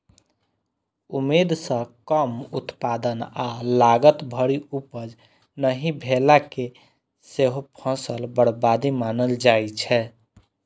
उम्मीद सं कम उत्पादन आ लागत भरि उपज नहि भेला कें सेहो फसल बर्बादी मानल जाइ छै